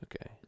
okay